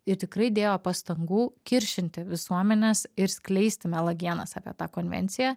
ir tikrai dėjo pastangų kiršinti visuomenes ir skleisti melagienas apie tą konvenciją